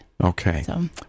okay